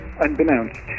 unbeknownst